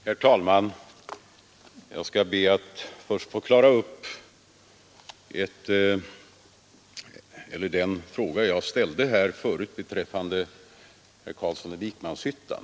Herr talman! Jag skall be att först få klara upp den fråga jag ställde här förut till herr Carlsson i Vikmanshyttan.